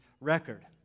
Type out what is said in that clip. Record